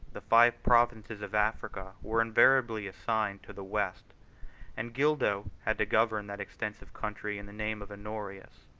the five provinces of africa were invariably assigned to the west and gildo had to govern that extensive country in the name of honorius,